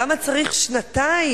למה צריך שנתיים,